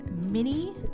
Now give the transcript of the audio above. mini